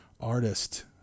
artist